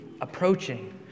approaching